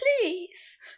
Please